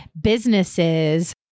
businesses